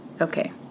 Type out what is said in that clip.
okay